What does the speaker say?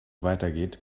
weitergeht